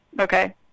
okay